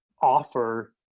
offer